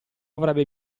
avrebbe